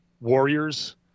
Warriors